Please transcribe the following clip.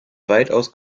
weitaus